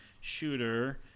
shooter